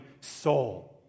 soul